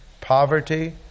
poverty